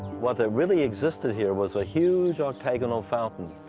what really existed here was a huge, octagonal fountain.